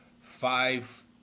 five